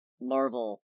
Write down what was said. Marvel